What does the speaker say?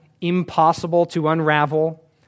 impossible-to-unravel